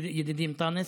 ידידי אנטאנס,